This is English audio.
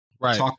Right